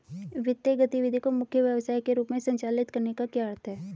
वित्तीय गतिविधि को मुख्य व्यवसाय के रूप में संचालित करने का क्या अर्थ है?